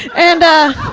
and ah,